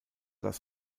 das